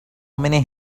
many